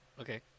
Okay